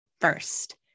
first